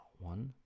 one